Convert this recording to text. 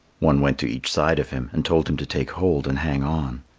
one went to each side of him and told him to take hold and hang on.